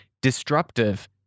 Disruptive